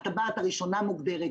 הטבעת הראשונה מוגדרת,